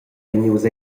vegnius